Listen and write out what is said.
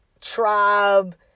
tribe